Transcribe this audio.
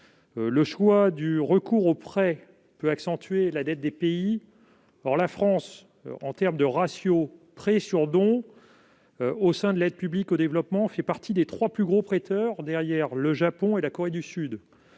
Le choix du recours au prêt peut accentuer la dette des pays. Or la France, en termes de ratio prêts-dons au sein de son APD, fait partie des trois plus gros « prêteurs », derrière le Japon et la Corée du Sud,